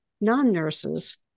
non-nurses